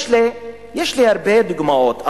יש לי הרבה דוגמאות,